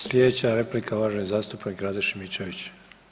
Slijedeća replika uvaženi zastupnik Rade Šimičević.